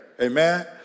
Amen